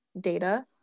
data